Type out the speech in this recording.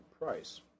price